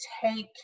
take